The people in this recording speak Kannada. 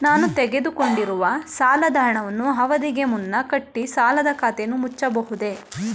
ನಾನು ತೆಗೆದುಕೊಂಡಿರುವ ಸಾಲದ ಹಣವನ್ನು ಅವಧಿಗೆ ಮುನ್ನ ಕಟ್ಟಿ ಸಾಲದ ಖಾತೆಯನ್ನು ಮುಚ್ಚಬಹುದೇ?